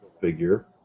figure